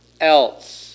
else